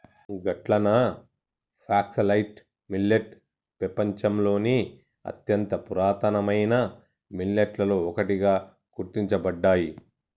గట్లన foxtail millet పెపంచంలోని అత్యంత పురాతనమైన మిల్లెట్లలో ఒకటిగా గుర్తించబడ్డాయి